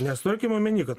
nes turėkim omeny kad